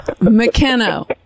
McKenna